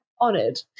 honored